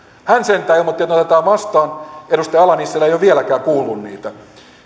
hän sentään ilmoitti että otetaan vastaan edustaja ala nissilä ei ole vieläkään kuullut niitä